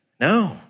no